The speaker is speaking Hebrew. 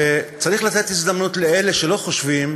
וצריך לתת הזדמנות לאלה שלא חושבים